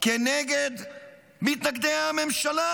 כנגד מתנגדי הממשלה,